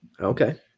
Okay